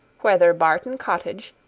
whether barton cottage,